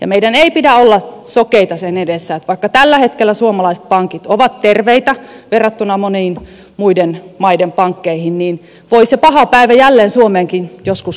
ja meidän ei pidä olla sokeita sen edessä että vaikka tällä hetkellä suomalaiset pankit ovat terveitä verrattuna monien muiden maiden pankkeihin niin voi se paha päivä jälleen suomeenkin joskus koittaa